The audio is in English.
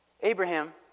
Abraham